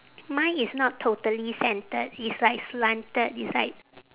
mine is not totally centered it's like slanted it's like